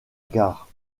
gare